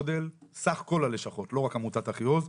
סך כל הלשכות, לא רק עמותת אחיעוז,